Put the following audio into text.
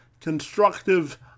constructive